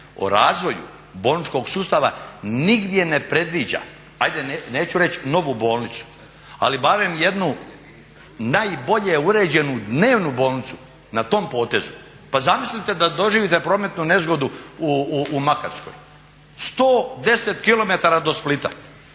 o razvoju bolničkog sustava nigdje ne predviđa, ajde neću reći novu bolnicu, ali barem jednu najbolje uređenu dnevnu bolnicu na tom potezu. Pa zamislite da doživite prometnu nesreću u Makarskoj, 110 km do Splita,